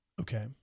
Okay